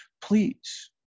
please